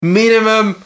minimum